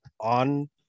on